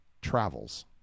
travels